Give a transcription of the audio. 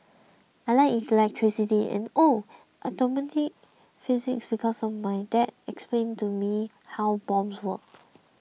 I like electricity and oh atomic physics because my dad explained to me how bombs work